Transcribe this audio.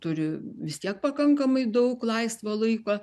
turi vis tiek pakankamai daug laisvo laiko